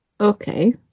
Okay